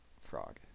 frog